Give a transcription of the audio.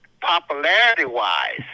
popularity-wise